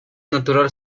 natural